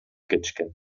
кетишкен